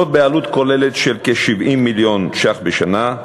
זאת, בעלות כוללת של כ-70 מיליון שקלים בשנה.